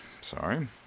sorry